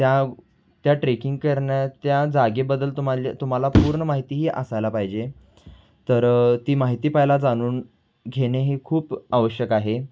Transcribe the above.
त्या त्या ट्रेकिंग करण्या त्या जागेबद्दल तुम्हाला तुम्हाला पूर्ण माहितीही असायला पाहिजे तर ती माहिती पहिला जाणून घेणे हे खूप आवश्यक आहे